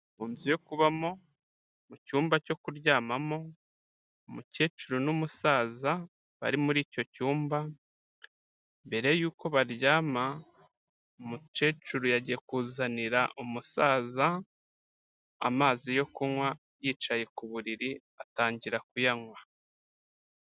Mu nzu yo kubamo, mu cyumba cyo kuryamamo, umukecuru n'umusaza bari muri icyo cyumba, mbere yuko baryama, umukecuru yagiye kuzanira umusaza amazi yo kunywa, yicaye ku buriri atangira kuyanywa.